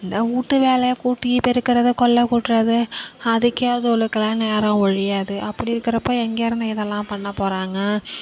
இந்த வீட்டு வேலை கூட்டி பெருக்கிறது கொல்லை கூட்டுறது அதுக்கே அதுவோலுக்குலாம் நேரம் ஒழியாது அப்படி இருக்கிறப்ப எங்கேயிருந்து இதெல்லாம் பண்ண போகிறாங்க